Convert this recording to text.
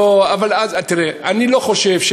לא, תראה, אני לא חושב.